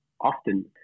often